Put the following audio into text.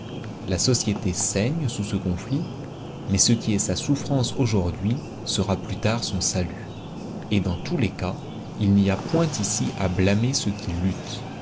la société saigne sous ce conflit mais ce qui est sa souffrance aujourd'hui sera plus tard son salut et dans tous les cas il n'y a point ici à blâmer ceux qui luttent